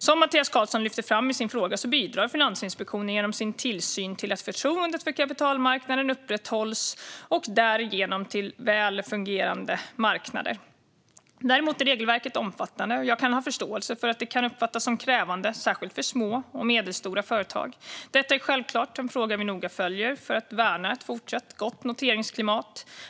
Som Mattias Karlsson lyfter fram i sin fråga bidrar Finansinspektionen genom sin tillsyn till att förtroendet för kapitalmarknaden upprätthålls och bidrar därigenom till väl fungerande marknader. Däremot är regelverket omfattande, och jag kan ha förståelse för att det kan uppfattas som krävande, särskilt för små och medelstora företag. Detta är självklart en fråga vi noga följer för att värna ett fortsatt gott noteringsklimat.